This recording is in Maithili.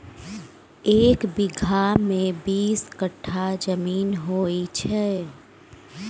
एक बीगहा मे बीस कट्ठा जमीन होइ छै